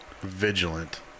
vigilant